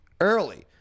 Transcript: early